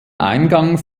eingang